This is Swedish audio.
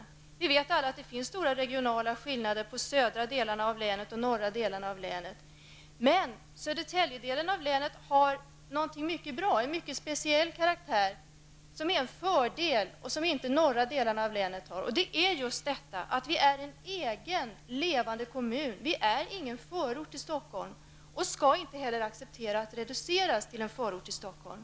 Alla vet vi att det finns stora regionala skillnader mellan de södra och de norra delarna av länet. Södertäljedelen av länet har i motsats till den norra delen en mycket speciell karaktär som också utgör en födel. Södertälje är nämligen en egen, levande kommun och ingen förort Stockholm och skall inte heller acceptera att reduceras till att bli en förort till Stockholm.